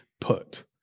put